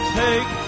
take